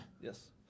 Yes